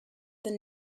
than